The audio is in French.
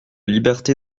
liberté